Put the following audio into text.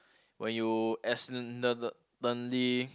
when you accidental~ tally